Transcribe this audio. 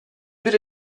bir